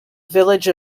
village